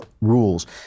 rules